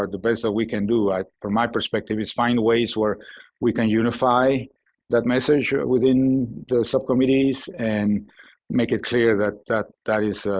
the best that we can do, right, from my perspective, is find ways where we can unify that message within subcommittees and make it clear that that that is